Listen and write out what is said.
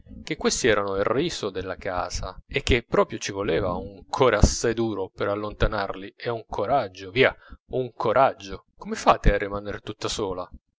che questi erano il riso della casa e che proprio ci voleva un core assai duro per allontanarli e un coraggio via un coraggio come fate a rimaner tutta sola